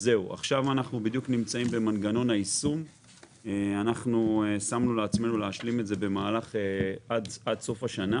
עכשיו אנחנו נמצאים במנגנון היישום ששמנו לעצמנו להשלים עד סוף השנה.